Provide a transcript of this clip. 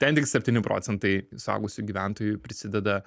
ten tik septyni procentai suaugusių gyventojų prisideda